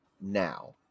now